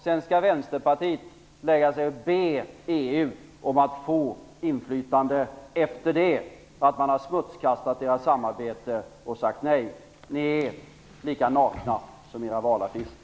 Sedan skall Vänsterpartiet lägga sig och be EU om att få inflytande efter det att man har smutskastat EU:s samarbete och sagt nej. Ni är lika nakna som era valaffischer.